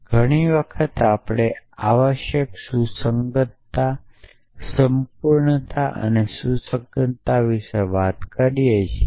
પરંતુ ઘણી વાર આપણે આવશ્યક સુસંગતતા સંપૂર્ણતા અને સુસંગતતા વિશે વાત કરીએ છીએ